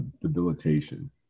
Debilitation